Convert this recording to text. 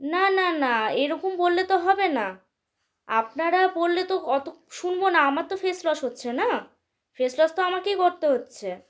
না না না এরকম বললে তো হবে না আপনারা বললে তো অত শুনব না আমার তো ফেস লস হচ্ছে না ফেস লস তো আমাকেই করতে হচ্ছে